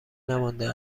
نمانده